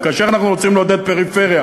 כאשר אנחנו רוצים לעודד פריפריה,